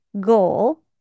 goal